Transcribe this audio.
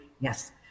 yes